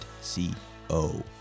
C-O